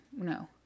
No